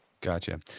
Gotcha